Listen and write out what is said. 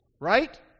right